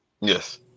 Yes